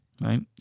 right